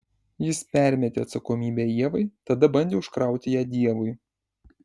jis permetė atsakomybę ievai tada bandė užkrauti ją dievui